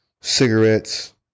cigarettes